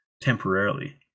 temporarily